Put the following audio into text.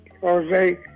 Jose